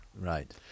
Right